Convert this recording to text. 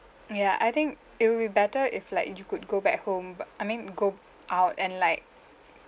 mm ya I think it would be better if like you could go back home but I mean go out and like